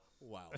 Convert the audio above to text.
Wow